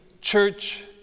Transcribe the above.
church